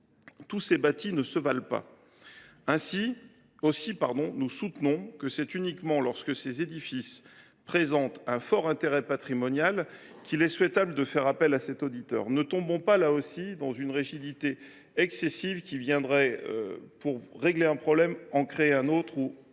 tous les bâtis ne se valent pas. Aussi, nous soutenons que c’est uniquement lorsque ces édifices présentent un fort intérêt patrimonial qu’il est souhaitable de faire appel à l’auditeur. Là non plus, ne tombons pas dans une rigidité excessive, laquelle, pour régler un problème, en créerait un autre